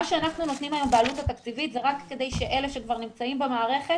מה שאנחנו נותנים היום בעלות התקציבית זה רק כדי שאלה שנמצאים במערכת,